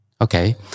Okay